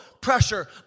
pressure